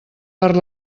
per